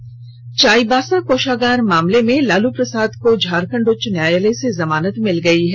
से से चाईबासा कोषागार मामले में लालू प्रसाद को झारखंड उच्च न्यायालय से जमानत मिल गयी है